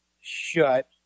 shut